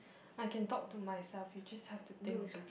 I can talk to myself you just have to think